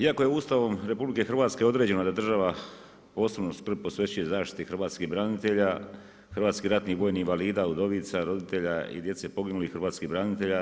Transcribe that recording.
Iako je Ustavom RH određeno da je država, posebnu skrb posvećuje zaštiti hrvatskih branitelja, hrvatskih ratnih vojnih invalida, udovica, roditelja i djece poginulih hrvatskih branitelja.